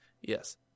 Yes